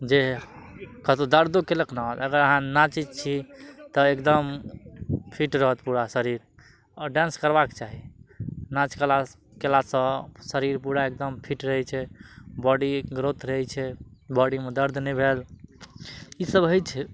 जे कतहु दर्दो कयलक ने होत अगर अहाँ नाचैत छी तऽ एकदम फिट रहत पूरा शरीर आओर डांस करबाक चाही नाच कयला कयलासँ शरीर पूरा एकदम फिट रहय छै बॉडी ग्रोथ रहय छै बॉडीमे दर्द नहि भेल ई सब होइ छै